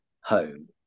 home